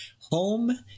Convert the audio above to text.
Home